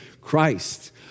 Christ